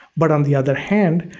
but on the other hand,